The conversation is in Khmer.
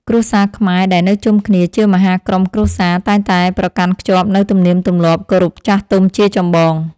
គ្រួសារខ្មែរដែលនៅជុំគ្នាជាមហាក្រុមគ្រួសារតែងតែប្រកាន់ខ្ជាប់នូវទំនៀមទម្លាប់គោរពចាស់ទុំជាចម្បង។